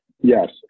Yes